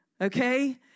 Okay